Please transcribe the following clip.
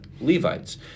Levites